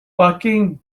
bucking